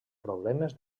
problemes